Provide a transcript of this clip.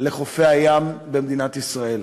לחופי הים במדינת ישראל.